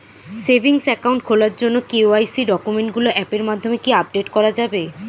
Savings account খোলার জন্য KYC ডকুমেন্টগুলো অ্যাপের মাধ্যমে কি আপডেট করা যাবে?